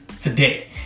today